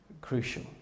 crucial